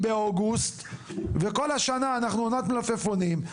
באוגוסט וכל השנה אנחנו אנחנו עונת מלפפונים,